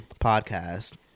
podcast